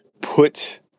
put